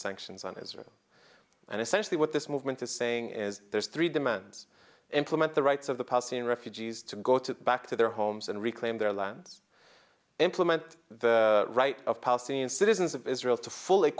sanctions on israel and essentially what this movement is saying is there's three demands implement the rights of the passing refugees to go to back to their homes and reclaim their land implement the right of palestinian citizens of israel to full